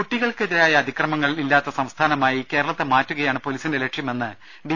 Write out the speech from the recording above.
കുട്ടികൾക്കെതിരായ അതിക്രമങ്ങൾ ഇല്ലാത്ത സംസ്ഥാനമായി കേര ളത്തെ മാറ്റുകയാണ് പോലീസിന്റെ ലക്ഷ്യമെന്ന് ഡി